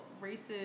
races